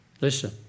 Listen